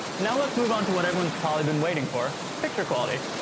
now let's move on to what everyone's probably been waiting for. picture quality.